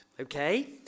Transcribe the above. okay